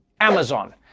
Amazon